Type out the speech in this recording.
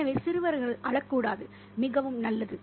எனவே சிறுவர்கள் அழக்கூடாது மிகவும் நல்லது